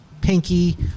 Pinky